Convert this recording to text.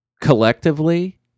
collectively